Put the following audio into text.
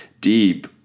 Deep